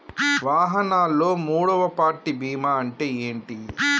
వాహనాల్లో మూడవ పార్టీ బీమా అంటే ఏంటి?